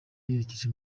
yerekeje